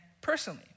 personally